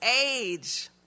age